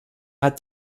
hat